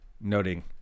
noting